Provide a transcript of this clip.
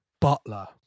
butler